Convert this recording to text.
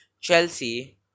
chelsea